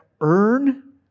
earn